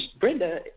Brenda